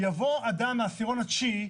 יבוא אדם מהעשירון התשיעי,